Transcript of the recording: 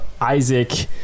Isaac